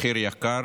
מחיר יקר,